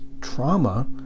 trauma